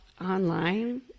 online